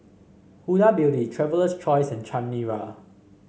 Huda Beauty Traveler's Choice and Chanira